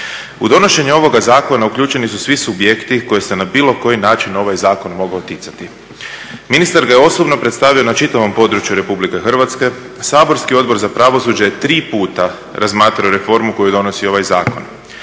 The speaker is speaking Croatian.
U donošenju ovoga zakona uključeni su svi subjekti kojih bi se na bilo koji način ovaj zakon mogao ticati. Ministar ga je osobno predstavio na čitavom području RH. saborski Odbor za pravosuđe je tri puta razmatrao reformu koju donosi ovaj zakon,